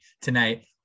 tonight